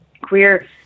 queer